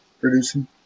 Producing